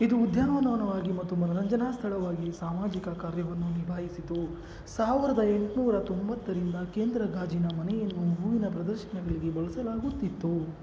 ಇದು ಉದ್ಯಾನವನವಾಗಿ ಮತ್ತು ಮನೋರಂಜನಾ ಸ್ಥಳವಾಗಿ ಸಾಮಾಜಿಕ ಕಾರ್ಯವನ್ನು ನಿಭಾಯಿಸಿತು ಸಾವಿರ್ದ ಎಂಟುನೂರ ತೊಂಬತ್ತರಿಂದ ಕೇಂದ್ರ ಗಾಜಿನ ಮನೆಯನ್ನು ಹೂವಿನ ಪ್ರದರ್ಶನಗಳಿಗೆ ಬಳಸಲಾಗುತ್ತಿತ್ತು